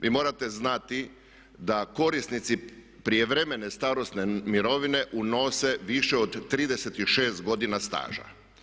Vi morate znati da korisnici prijevremene starosne mirovine unose više od 36 godina staža.